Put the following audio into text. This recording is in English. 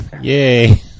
Yay